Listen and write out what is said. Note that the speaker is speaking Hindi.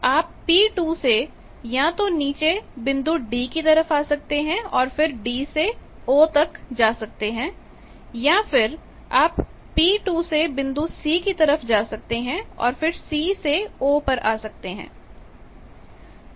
आप P2 से या तो नीचे बिंदु D की तरफ आ सकते हैं और फिर D से O तक जा सकते हैं या फिर आप P2 से बिंदु C की तरफ जा सकते थे और फिर C से O पर आ सकते थे